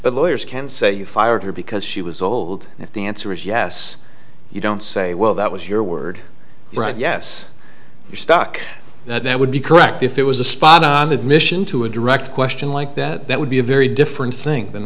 but lawyers can say you fired her because she was old if the answer is yes you don't say well that was your word right yes you're stuck that would be correct if it was a spot on admission to a direct question like that that would be a very different thing than